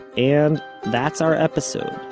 and that's our episode